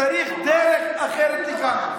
צריך דרך אחרת לגמרי.